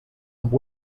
amb